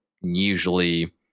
usually